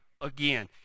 again